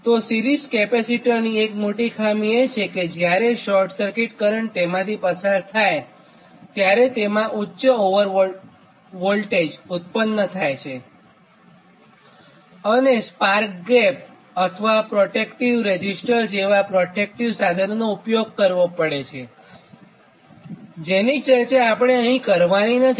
તો સિરીઝ કેપેસિટરની એક મોટી ખામી એ છે કે જ્યારે શોર્ટ સર્કિટ કરંટ તેમાંથી પસાર થાય છે ત્યારે તેમાંથી ઊચ્ચ ઓવરવોલ્ટેજ ઉત્પન્ન થાય છે અને સ્પાર્ક ગેપ તથા પ્રોટેક્ટીવ રેઝીસ્ટર્સ જેવા પ્રોટેક્ટીવ સાધનોનો ઊપયોગ કરવો પડે છે જેની ચર્ચા આપણે અહીં કરવાની નથી